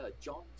John